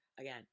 again